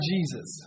Jesus